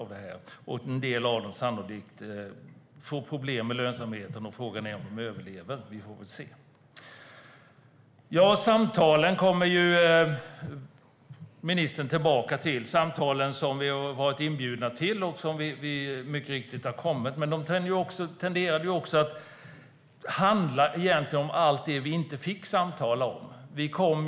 En del av dem kommer sannolikt att få problem med lönsamheten. Frågan är om de överlever. Vi får se. Ministern återkommer till de samtal som vi har varit inbjudna till och som vi mycket riktigt har gått till. De tenderade också att handla om allt det vi inte fick samtala om.